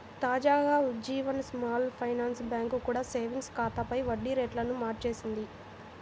తాజాగా Ujjivan small finance bank కూడా savings ఖాతాలపై వడ్డీ రేట్లను మార్చేసింది